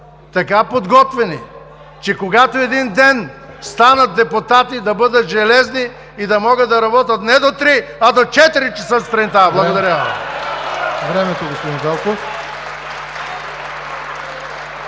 така подготвени, че когато един ден станат депутати, да бъдат железни и да могат да работят не до 3, а до 4 часа сутринта! Благодаря. (Ръкопляскания и